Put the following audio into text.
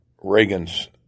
Reagan's